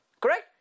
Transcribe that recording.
Correct